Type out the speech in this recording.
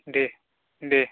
दे दे